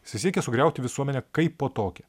jisai siekė sugriauti visuomenę kaipo tokią